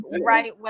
right